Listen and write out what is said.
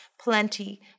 plenty